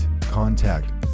contact